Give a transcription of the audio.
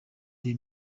the